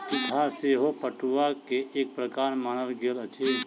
तितहा सेहो पटुआ के एक प्रकार मानल गेल अछि